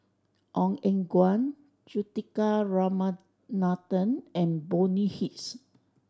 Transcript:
Ong Eng Guan Juthika Ramanathan and Bonny Hicks